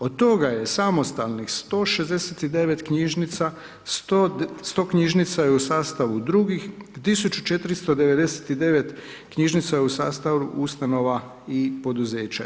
Od toga je samostalnih 169 knjižnica, 100 knjižnica je u sastavu drugih 1499 knjižnica je u sastavu ustanova i poduzeća.